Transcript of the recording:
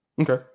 Okay